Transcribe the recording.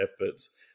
efforts